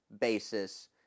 basis